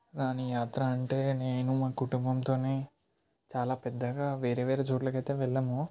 రానీ యాత్ర అంటే నేను మా కుటుంబంతోని చాలా పెద్దగా వేరే వేరే చోట్లకైతే వెళ్ళము